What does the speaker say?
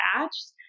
attached